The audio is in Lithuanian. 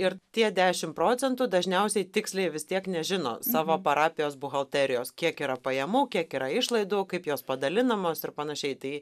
ir tie dešim procentų dažniausiai tiksliai vis tiek nežino savo parapijos buhalterijos kiek yra pajamų kiek yra išlaidų kaip jos padalinamos ir panašiai tai